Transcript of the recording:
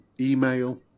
email